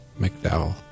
mcdowell